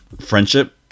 friendship